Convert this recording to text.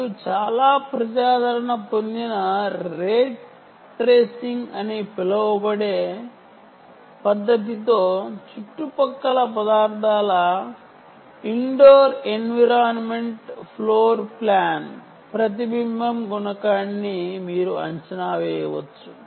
మరియు చాలా ప్రజాదరణ పొందిన రే ట్రేసింగ్ అని పిలువబడే పద్ధతితో చుట్టుపక్కల పదార్థాల indoor environment floor plan reflection coefficient ని మీరు అంచనా వేయవచ్చు